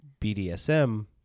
BDSM